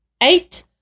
Eight